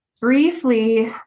briefly